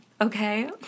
Okay